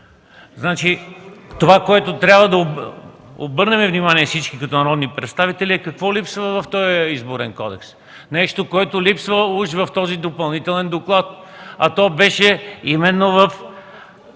Това, на което трябва да обърнем внимание всички, като народни представители, е какво липсва в този Изборен кодекс. Нещо липсва в този допълнителен доклад, а то беше именно в